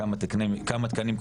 כמה תקנים קוצצו.